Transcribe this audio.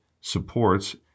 supports